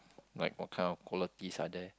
like what kind of qualities are there